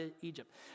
egypt